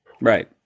Right